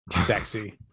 sexy